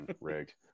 Rigged